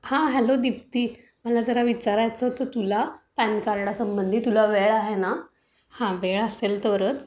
हां हॅलो दीप्ती मला जरा विचारायचं होतं तुला पॅन कार्डासंबंधी तुला वेळ आहे ना हां वेळ असेल तरच